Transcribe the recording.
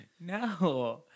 No